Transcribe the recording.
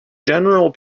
general